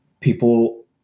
people